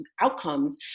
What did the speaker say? outcomes